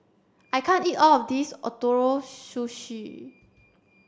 I can't eat all of this Ootoro Sushi